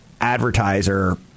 advertiser